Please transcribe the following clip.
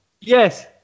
Yes